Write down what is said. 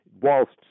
whilst